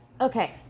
Okay